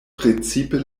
precipe